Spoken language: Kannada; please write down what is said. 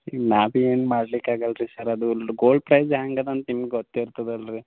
ನಾನೇನು ಮಾಡ್ಲಿಕ್ಕೆ ಆಗಲ್ರಿ ಸರ್ ಅದು ಗೋಲ್ಡ್ ಪ್ರೈಸ್ ಹ್ಯಾಂಗೆ ಅದ ಅಂತ ನಿಮ್ಗಗೆ ಗೊತ್ತು ಇರ್ತದೆ ಅಲ್ರಿ